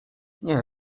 nie